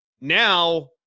now